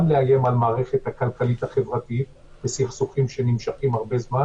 לאיים על המערכת הכלכלית-החברתית בסכסוכים שנמשכים זמן